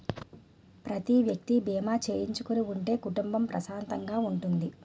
ప్రతి వ్యక్తి బీమా చేయించుకుని ఉంటే కుటుంబం ప్రశాంతంగా ఉంటుంది